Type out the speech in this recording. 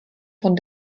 von